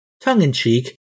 tongue-in-cheek